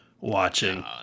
watching